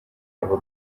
yaba